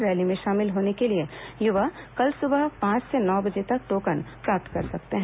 rally में शामिल होने के लिए युवा कल सुबह पांच से नौ बजे तक टोकन प्राप्त कर सकते हैं